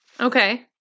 Okay